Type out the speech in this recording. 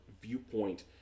viewpoint